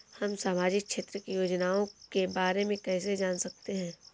हम सामाजिक क्षेत्र की योजनाओं के बारे में कैसे जान सकते हैं?